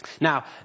Now